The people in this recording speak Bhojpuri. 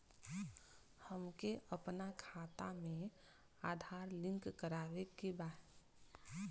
हमके अपना खाता में आधार लिंक करावे के बा?